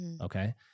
Okay